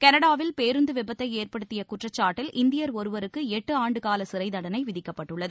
கனடாவில் பேருந்து விபத்தை ஏற்படுத்திய குற்றச்சாட்டில் இந்தியர் ஒருவருக்கு எட்டு ஆண்டுக்கால சிறைத்தண்டனை விதிக்கப்பட்டுள்ளது